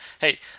Hey